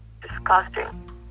disgusting